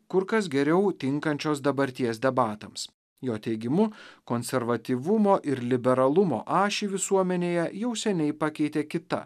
kur kas geriau tinkančios dabarties debatams jo teigimu konservatyvumo ir liberalumo ašį visuomenėje jau seniai pakeitė kita